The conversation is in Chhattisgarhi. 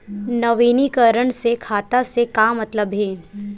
नवीनीकरण से खाता से का मतलब हे?